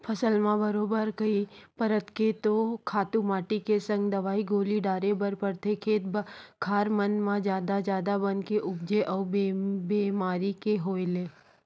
फसल म बरोबर कई परत के तो खातू माटी के संग दवई गोली डारे बर परथे, खेत खार मन म जादा जादा बन के उपजे अउ बेमारी के होय ले